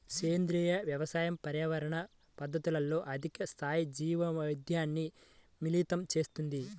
సేంద్రీయ వ్యవసాయం పర్యావరణ పద్ధతులతో అధిక స్థాయి జీవవైవిధ్యాన్ని మిళితం చేస్తుంది